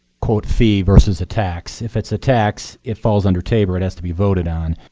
quote, fee versus a tax. if it's a tax it falls under tabor. it has to be voted on.